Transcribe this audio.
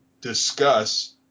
discuss